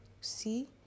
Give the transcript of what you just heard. See